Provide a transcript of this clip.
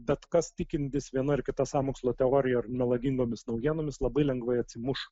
bet kas tikintis viena ar kita sąmokslo teorija ar melagingomis naujienomis labai lengvai atsimuš